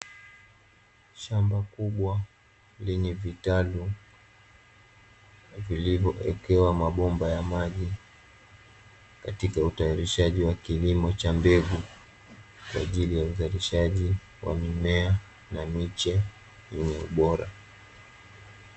Shamba kubwa lenye vitalu lililowekewa mabomba ya maji, katika utaarishaji wa kilimo cha mbegu kwajili ya uzalishaji wa mimea na miche yenye ubora.